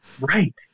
Right